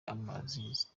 imanzi